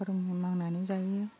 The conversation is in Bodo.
गरमाव नांनानै जायो